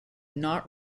not